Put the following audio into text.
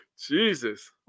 Jesus